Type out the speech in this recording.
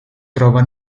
trova